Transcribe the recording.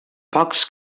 pocs